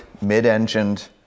mid-engined